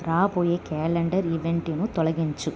రాబోయే క్యాలెండర్ ఈవెంట్ను తొలగించు